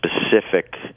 specific